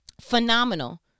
phenomenal